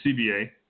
CBA